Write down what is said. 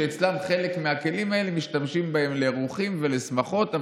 שאצלם בחלק מהכלים האלה משתמשים לאירוח ולשמחות,